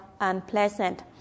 unpleasant